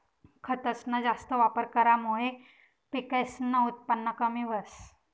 खतसना जास्त वापर करामुये पिकसनं उत्पन कमी व्हस